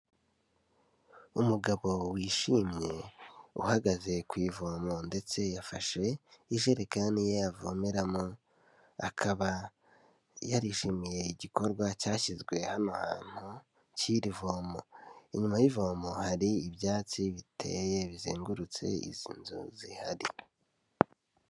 Umugabo wishimye uhagaze ku ivomo ndetse yafashe ijerekani ye avomeramo, akaba yarishimiye igikorwa cyashyizwe hano ahantu cy'iri vomo. Inyuma y'ivomo hari ibyatsi biteye bizengurutse izi nzu zihari.